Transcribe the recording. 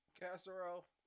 casserole